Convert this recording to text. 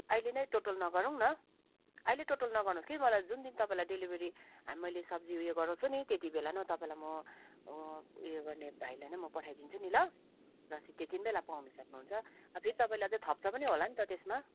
अहिले नै टोटल नगरौँ न अहिले टोटल नगर्नुहोस् कि कोही बेला जुन दिन तपाईँलाई डिलिभेरी मैले सब्जी उयो गराउँछु नि त्यति बेला नै तपाईँलाई म उयो गर्ने भाइलाई नै म पठाइदिन्छु नि ल रसिद त्यति नै बेला पाउनु सक्नुहुन्छु फेरि तपाईँले थप्छ पनि होला नि त त्यसमा